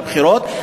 לבחירות,